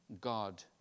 God